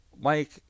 Mike